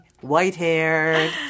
white-haired